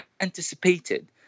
anticipated